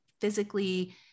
physically